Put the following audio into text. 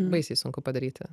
baisiai sunku padaryti